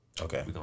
Okay